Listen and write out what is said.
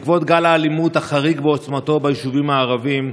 בעקבות גל האלימות החריג בעוצמתו ביישובים הערביים,